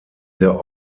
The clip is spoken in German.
der